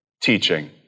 teaching